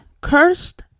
cursed